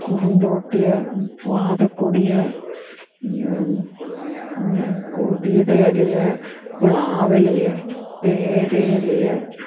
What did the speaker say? കുറുന്തോട്ടി വാതക്കൊടി കൊടിയുടെ ഇല പ്ലാവ് ഇല പേര ഇല